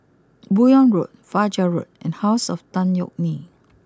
Buyong Road Fajar Road and house of Tan Yeok Nee